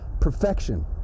Perfection